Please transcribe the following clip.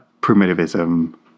primitivism